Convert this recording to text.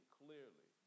clearly